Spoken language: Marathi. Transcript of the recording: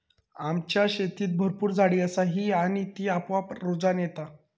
आमच्या शेतीत भरपूर झाडी असा ही आणि ती आपोआप रुजान येता